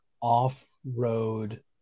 off-road